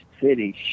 City